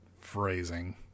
Phrasing